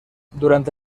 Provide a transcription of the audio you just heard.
durante